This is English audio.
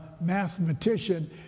mathematician